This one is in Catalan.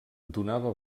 donava